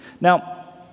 Now